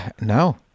no